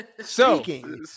Speaking